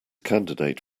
candidate